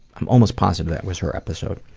i'm almost positive that was her episode.